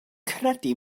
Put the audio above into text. credu